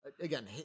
Again